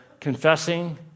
confessing